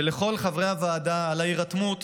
ולכל חברי הוועדה על ההירתמות